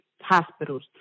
hospitals